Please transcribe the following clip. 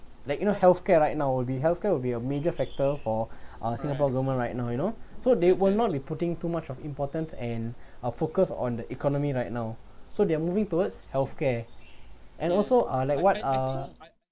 like you know healthcare right now will be healthcare will be a major factor for uh singapore government right now you know so they will not be putting too much of important and uh focus on the economy right now so they're moving towards healthcare and also uh like what uh